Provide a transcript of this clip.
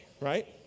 right